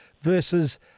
versus